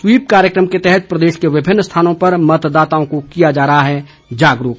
SVEEP कार्यक्रम के तहत प्रदेश के विभिन्न स्थानों पर मतदाताओं को किया जा रहा है जागरूक